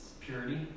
purity